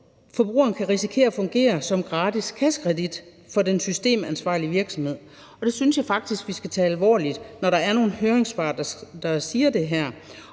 forbrugerne komme til at fungere som gratis kassekredit for den systemansvarlige virksomhed. Og det synes jeg faktisk at vi skal tage alvorligt, når der er nogle høringssvar, der siger det her.